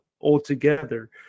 altogether